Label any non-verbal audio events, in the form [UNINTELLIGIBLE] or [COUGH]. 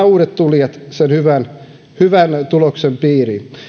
[UNINTELLIGIBLE] uudet tulijat sen hyvän tuloksen piiriin